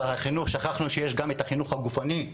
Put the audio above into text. אבל שכחנו שיש גם את החינוך הגופני.